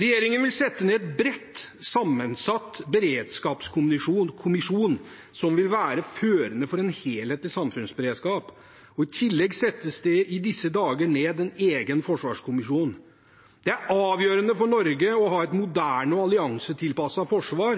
Regjeringen vil sette ned en bredt sammensatt beredskapskommisjon, som vil være førende for en helhetlig samfunnsberedskap. I tillegg settes det i disse dager ned en egen forsvarskommisjon. Det er avgjørende for Norge å ha et moderne og alliansetilpasset forsvar.